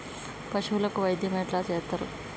పశువులకు వైద్యం ఎట్లా చేత్తరు?